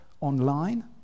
online